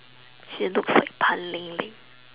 she looks like pan-ling-ling